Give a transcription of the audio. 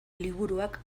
liburuak